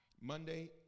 Monday